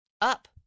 up